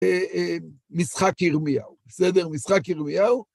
משחק ירמיהו, בסדר? משחק ירמיהו.